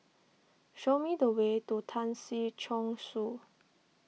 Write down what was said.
show me the way to Tan Si Chong Su